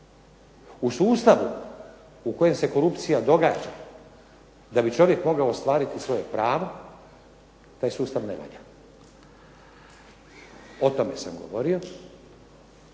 U sustavu u kojem se korupcija događa, da bi čovjek mogao ostvariti svoje pravo, taj sustav ne valja. O tome sam govorio,